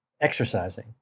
exercising